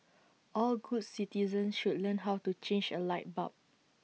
all good citizens should learn how to change A light bulb